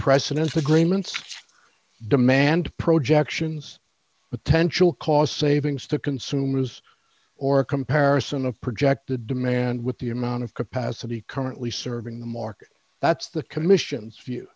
president's agreements demand projections attentional cost savings to consumers or comparison the projected demand with the amount of capacity currently serving the market that's the commission's